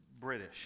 British